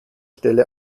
stelle